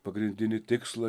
pagrindinį tikslą